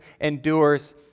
endures